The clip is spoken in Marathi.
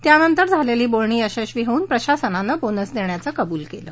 त्यानंतर झालेली बोलणी यशस्वी होऊन प्रशासनाने बोनस देण्याचे कबूल केले